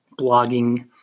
blogging